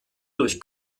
durch